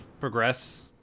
progress